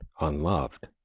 unloved